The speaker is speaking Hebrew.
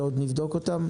שעוד נבדוק אותן?